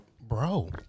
Bro